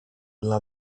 dla